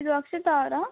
ಇದು ಅಕ್ಷತಾ ಅವರಾ